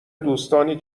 دوستانی